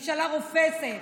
ממשלה רופסת,